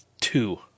two